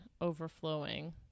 overflowing